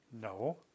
No